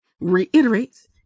reiterates